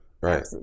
Right